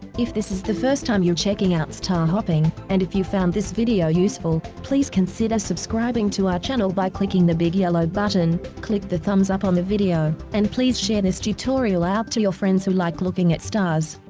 if this is the first time you're checking out star hopping, and if you found this video useful, please consider subscribing to our channel by clicking the big yellow button down there, click the thumbs up on the video, and please share this tutorial out to your friends who like looking at stars.